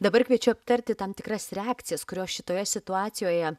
dabar kviečiu aptarti tam tikras reakcijas kurios šitoje situacijoje